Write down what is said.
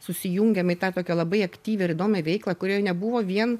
susijungėm į tą tokią labai aktyvią ir įdomią veiklą kurioje nebuvo vien